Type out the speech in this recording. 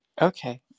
Okay